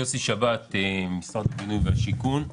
משרד הבינוי והשיכון.